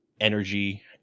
energy